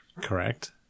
Correct